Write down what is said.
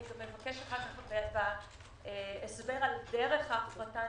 אני מבקשת בהסבר על דרך ההפרטה,